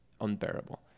unbearable